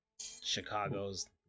Chicago's